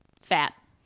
Fat